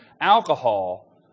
alcohol